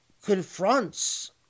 Confronts